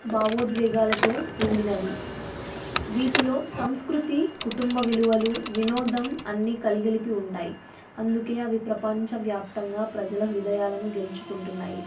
భావోద్వేగాలతో నిండినది వీటిలో సంస్కృతి కుటుంబ విలువలు వినోదం అన్నీ కలిగిలిపి ఉంటాయి అందుకే అవి ప్రపంచవ్యాప్తంగా ప్రజల హృదయాలను గెలుచుకుంటున్నాయి